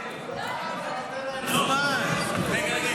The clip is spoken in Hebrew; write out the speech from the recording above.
רגע.